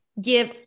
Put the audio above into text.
give